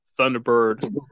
Thunderbird